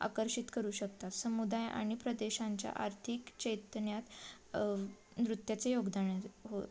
आकर्षित करू शकतात समुदाय आणि प्रदेशांच्या आर्थिक चैतन्यात नृत्याचे योगदान हो